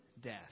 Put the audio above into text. death